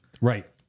Right